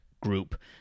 group